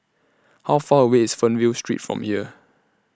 How Far away IS Fernvale Street from here